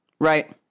Right